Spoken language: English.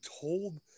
told